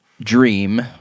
dream